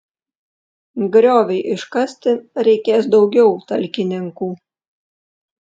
grioviui iškasti reikės daugiau talkininkų